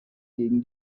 gegen